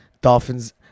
Dolphins